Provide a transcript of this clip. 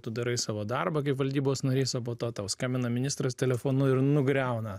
tu darai savo darbą kaip valdybos narys o po to tau skambina ministras telefonu ir nugriauna